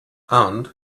and